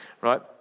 Right